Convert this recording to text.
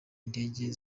indege